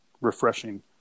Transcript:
refreshing